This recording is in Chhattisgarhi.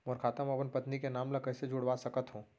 मोर खाता म अपन पत्नी के नाम ल कैसे जुड़वा सकत हो?